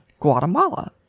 guatemala